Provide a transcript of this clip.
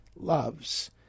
loves